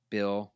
Bill